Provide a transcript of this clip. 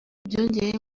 byongeye